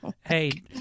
Hey